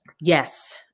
yes